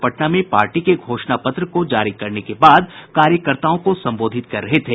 श्री भट्टाचार्य आज पटना में पार्टी के घोषणा पत्र को जारी करने के बाद कार्यकर्ताओं को संबोधित कर रहे थे